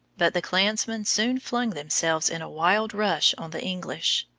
but the clansmen soon flung themselves in a wild rush on the english.